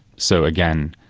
so again,